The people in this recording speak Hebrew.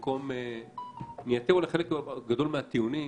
נייתר אולי חלק גדול מהטיעונים,